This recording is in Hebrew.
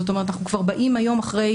זאת אומרת: אנחנו כבר באים היום אחרי,